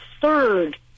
third